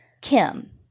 Kim